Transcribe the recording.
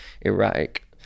erratic